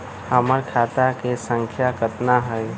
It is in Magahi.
हमर खाता के सांख्या कतना हई?